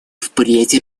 впредь